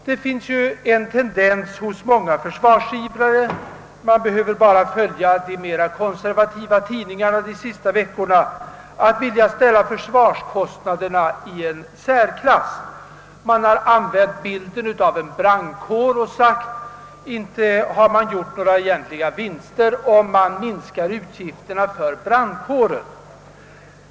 Det finns en tendens hos många försvarsivrare — man behöver bara studera de konservativa tidningarna de senaste veckorna för att se detta — att vilja ställa försvarskostnaderna i särklass. Man har använt bilden av en brandkår och frågat om man skulle göra några egentliga vinster genom att minska utgifterna för brandkåren.